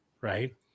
Right